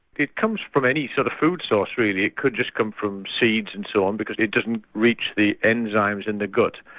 it comes from any sort of food source really it could just come from seeds and so on because it doesn't reach the enzymes in the gut.